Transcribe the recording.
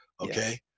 Okay